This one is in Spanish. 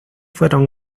fueron